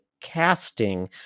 casting